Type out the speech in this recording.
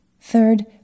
Third